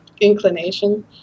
inclination